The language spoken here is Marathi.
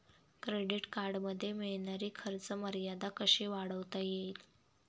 क्रेडिट कार्डमध्ये मिळणारी खर्च मर्यादा कशी वाढवता येईल?